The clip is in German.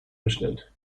bestellt